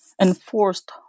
enforced